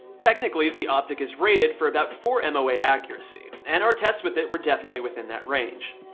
technically, the optic is rated for about four and moa accuracy and our tests with it were definitely within that range.